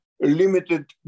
limited